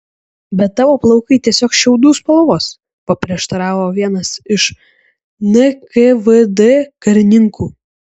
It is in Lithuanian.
bet tavo plaukai tiesiog šiaudų spalvos paprieštaravo vienas iš nkvd karininkų